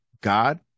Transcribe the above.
God